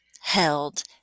held